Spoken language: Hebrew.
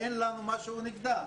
אין לנו משהו נגדה,